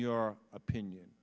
your opinion